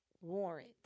warrant